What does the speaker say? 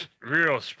real